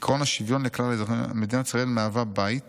עקרון השוויון לכלל אזרחי, מדינת ישראל מהווה בית